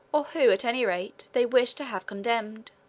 or who, at any rate, they wished to have condemned.